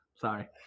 sorry